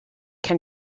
can